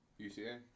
UCA